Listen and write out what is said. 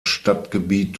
stadtgebiet